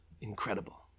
incredible